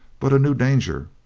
but a new danger.